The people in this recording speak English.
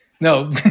No